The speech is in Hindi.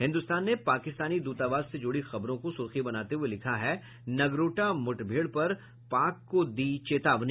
हिन्दुस्तान ने पाकिस्तानी दूतावास से जुड़ी खबरों को सुर्खी बनाते हुये लिखा है नगरोटा मुठभेड़ पर पाक को दी चेतावनी